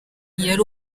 yari